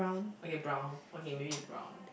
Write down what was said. okay brown okay maybe is brown